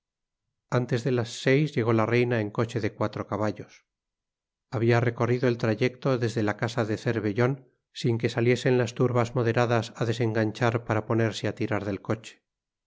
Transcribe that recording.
antes de las seis llegó la reina en coche de cuatro caballos había recorrido el trayecto desde la casa de cervellón sin que saliesen las turbas moderadas a desenganchar para ponerse a tirar del coche